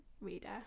reader